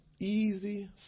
easy